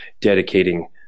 dedicating